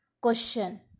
Question